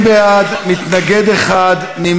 התשע"ו 2015, לוועדת הכלכלה נתקבלה.